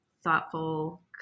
thoughtful